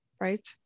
right